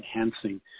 enhancing